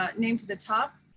ah name to the top.